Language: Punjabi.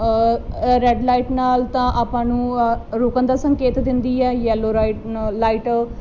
ਰੈਡ ਲਾਈਟ ਨਾਲ ਤਾਂ ਆਪਾਂ ਨੂੰ ਰੁਕਣ ਦਾ ਸੰਕੇਤ ਦਿੰਦੀ ਐ ਯੈਲੋ ਲਾਈਟ